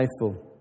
faithful